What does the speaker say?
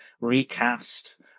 recast